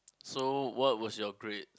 so what was your grade